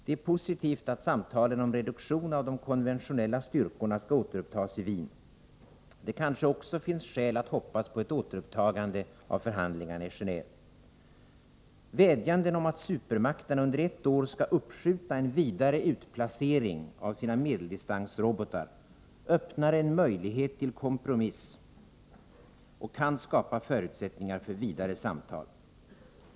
Det är positivt att samtalen om reduktion av de konventionella styrkorna skall återupptas i Wien. Det kanske också finns skäl att hoppas på ett återupptagande av förhandlingarna i Geneve. Vädjanden om att supermakterna under ett år skall uppskjuta en vidare utplacering av sina medeldistansrobotar öppnar en möjlighet till kompromiss och kan skapa förutsättningar för vidare samtal.